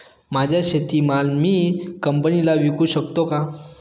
माझा शेतीमाल मी कंपनीला विकू शकतो का?